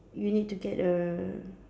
you need to get a